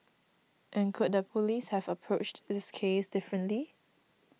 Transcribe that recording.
and could the police have approached this case differently